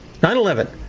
9-11